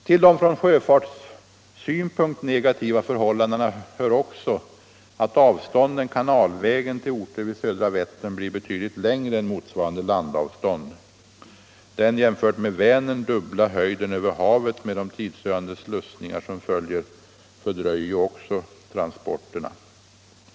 Till de från sjöfartssynpunkt negativa förhållandena hör också att avstånden kanalvägen till orter vid södra Vättern blir betydligt längre än motsvarande landavstånd. Den jämfört med Vänern dubbla höjden över havet med de tidsödande slussningar som följer fördröjer ytterligare kanaltransporterna.